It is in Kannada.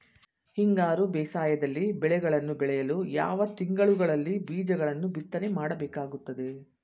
ಹಿಂಗಾರು ಬೇಸಾಯದಲ್ಲಿ ಬೆಳೆಗಳನ್ನು ಬೆಳೆಯಲು ಯಾವ ತಿಂಗಳುಗಳಲ್ಲಿ ಬೀಜಗಳನ್ನು ಬಿತ್ತನೆ ಮಾಡಬೇಕಾಗುತ್ತದೆ?